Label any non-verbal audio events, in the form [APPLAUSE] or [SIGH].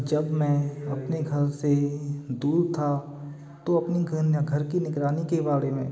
जब मैं अपने घर से दूर था तो अपनी [UNINTELLIGIBLE] घर की निगरानी के बारे में